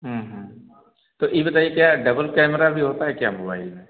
तो यह बताइए क्या डबल कैमरा भी होता है क्या मोबाइल में